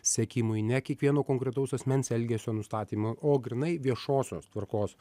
sekimui ne kiekvieno konkretaus asmens elgesio nustatymui o grynai viešosios tvarkos